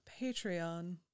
Patreon